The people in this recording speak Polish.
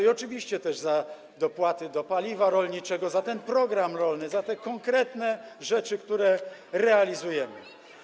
I oczywiście też za dopłaty do paliwa rolniczego, za ten program rolny, za konkretne rzeczy, które realizujemy.